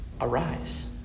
arise